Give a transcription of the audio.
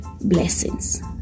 Blessings